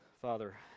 Father